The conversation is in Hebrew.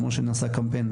כמו שנעשה קמפיין,